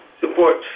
support